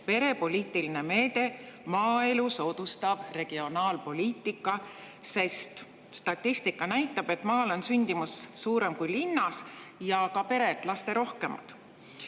perepoliitiline meede maaelu soodustav regionaalpoliitika, sest statistika näitab, et maal on sündimus suurem kui linnas ja ka pered lasterohkemad.